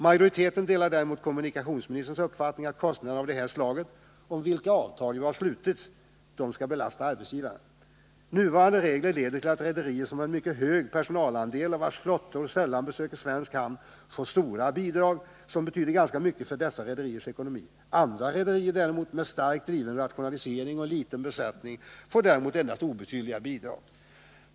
Majoriteten delar däremot kommunikationsministerns uppfattning att kostnader av det här slaget — om vilka avtal har slutits — skall belasta arbetsgivaren. Nuvarande regler leder till att rederier, som har en mycket hög personalandel och vilkas flottor sällan besöker svensk hamn, får stora bidrag som betyder ganska mycket för dessa rederiers ekonomi. Andra rederier med långt driven rationalisering och liten besättning får däremot endast obetydliga bidrag.